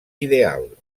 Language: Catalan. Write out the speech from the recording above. ideal